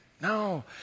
No